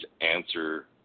answer